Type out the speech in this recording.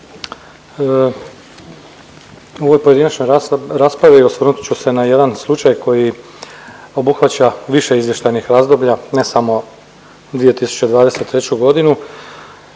ovoj pojedinačnoj raspravi osvrnut ću se na jedan slučaj koji obuhvaća više izvještajnih razdoblja ne samo 2023. godinu